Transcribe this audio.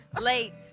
Late